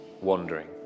wandering